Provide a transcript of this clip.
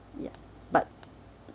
ya but